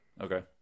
Okay